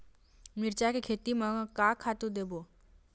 मिरचा के खेती म का खातू देबो?